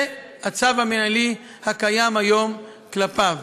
זה הצו המינהלי הקיים היום כלפיו.